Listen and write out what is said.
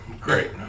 Great